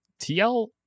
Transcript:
TL